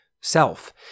self